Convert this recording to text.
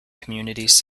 communities